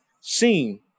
seen